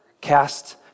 Cast